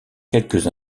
quelques